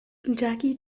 jackie